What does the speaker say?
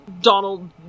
Donald